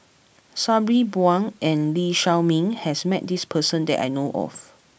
Sabri Buang and Lee Shao Meng has met this person that I know of